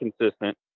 consistent